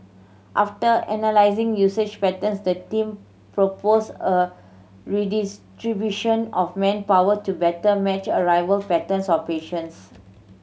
after analysing usage patterns the team proposed a redistribution of manpower to better match arrival patterns of patients